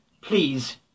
please